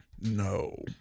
No